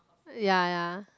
ya ya